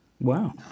Wow